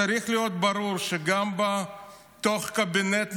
צריך להיות ברור שגם בתוך קבינט המלחמה,